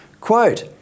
Quote